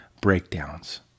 breakdowns